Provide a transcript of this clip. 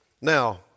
Now